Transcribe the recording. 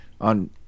on